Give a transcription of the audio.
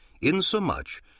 insomuch